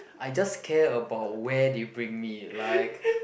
I just care about where they bring me like